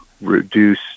reduce